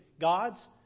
gods